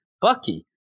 Bucky